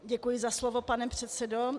Děkuji za slovo, pane předsedo.